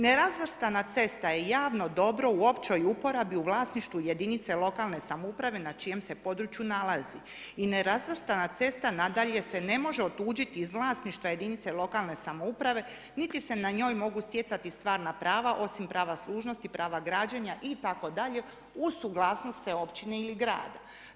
Nerazvrstana cesta je javno dobro u općoj uporabi u vlasništvu jedinice lokalne samouprave na čijem se području nalazi.“ I nerazvrstana cesta, nadalje, se ne može otuđiti iz vlasništva jedinice lokalne samouprave niti se na njoj mogu stjecati stvarna prava osim prava služnosti, prava građenja i tako uz suglasnost te općine ili grada.